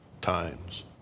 times